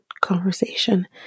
conversation